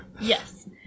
Yes